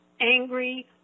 angry